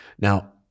Now